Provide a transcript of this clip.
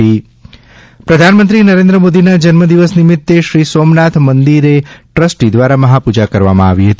Somnath trust પ્રધાનમંત્રી શ્રી નરેન્દ્ર મોદીના જન્મદિવસ નિમિત્તે શ્રી સોમનાથ મંદિરે ટ્રસ્ટી દ્વારા મહાપૂજા કરવામાં આવી હતી